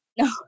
No